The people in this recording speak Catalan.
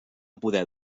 poder